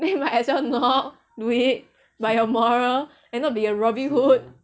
then you might as well not do it by your moral and not be a robin hood